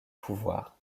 pouvoir